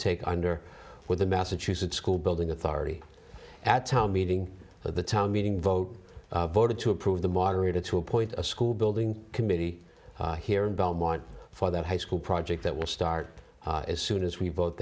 take under with the massachusetts school building authority at town meeting the town meeting vote voted to approve the moderator to appoint a school building committee here in belmont for that high school project that will start as soon as we